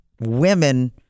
women